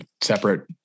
separate